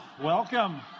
welcome